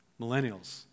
Millennials